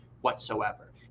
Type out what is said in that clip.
whatsoever